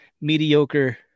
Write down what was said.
mediocre